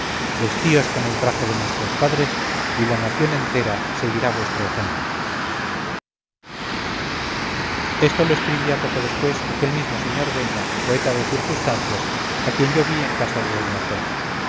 vestíos con el traje de nuestros padres y la nación entera seguirá vuestro ejemplo esto lo escribía poco después aquel mismo sr beña poeta de circunstancias a quien yo vi en casa de doña flora